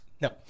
No